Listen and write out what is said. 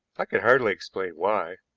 i can hardly explain why,